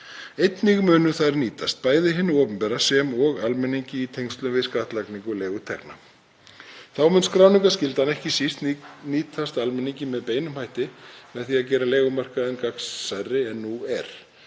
Einnig munu þær nýtast hinu opinbera sem og almenningi í tengslum við skattlagningu leigutekna. Þá mun skráningarskyldan ekki síst nýtast almenningi með beinum hætti með því að gera leigumarkaðinn gagnsærri en nú er.